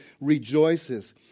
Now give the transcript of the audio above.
rejoices